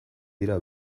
dira